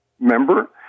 member